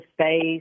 space